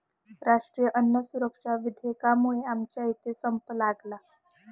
राष्ट्रीय अन्न सुरक्षा विधेयकामुळे आमच्या इथे संप लागला